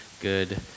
good